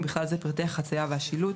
ובכלל זה פרטי החציה והשילוט,